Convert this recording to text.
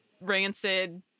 rancid